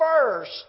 first